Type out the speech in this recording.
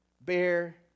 bear